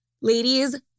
ladies